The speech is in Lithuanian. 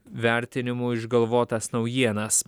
vertinimu išgalvotas naujienas